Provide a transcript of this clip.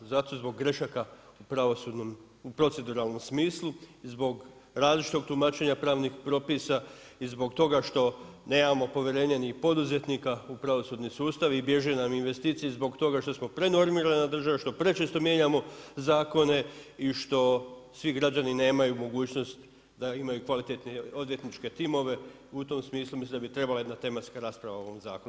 Zato zbog grešaka u proceduralnom smislu, zbog različitog tumačenja pravni propisa i zbog toga što nemamo povjerenje ni poduzetnika u pravosudni sustav i bježe nam investicije zbog toga što smo prenormirana država, što prečesto mijenjamo zakone i što svi građani nemaju mogućnost da imaju kvalitetne odvjetničke timove, u tom smislu mislim da bi trebala jedna tematska rasprava o ovom zakonu.